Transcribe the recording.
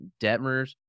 Detmers